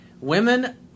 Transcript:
Women